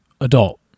Adult